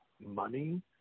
money